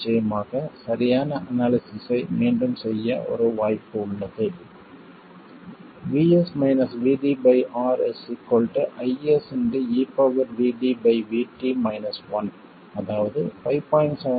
நிச்சயமாக சரியான அனாலிசிஸ்ஸை மீண்டும் செய்ய ஒரு வாய்ப்பு உள்ளது R IS அதாவது 5